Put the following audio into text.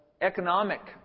economic